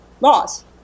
laws